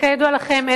כידוע לכם,